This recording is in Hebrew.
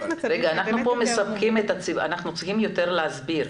אנחנו צריכים יותר להסביר.